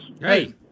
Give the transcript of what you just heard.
Hey